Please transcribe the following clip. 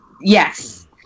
yes